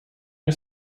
nie